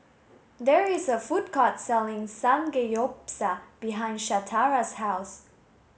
there is a food court selling Samgeyopsal behind Shatara's house